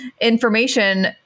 information